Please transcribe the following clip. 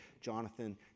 Jonathan